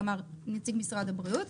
כלומר נציג משרד הבריאות,